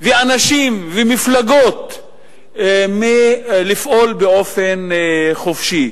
אנשים ומפלגות מלפעול באופן חופשי.